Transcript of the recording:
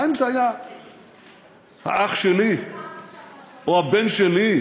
מה אם זה היה האח שלי או הבן שלי,